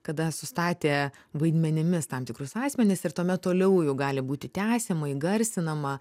kada sustatė vaidmenimis tam tikrus asmenis ir tuomet toliau jau gali būti tęsiama įgarsinama